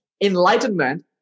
Enlightenment